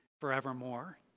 forevermore